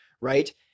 Right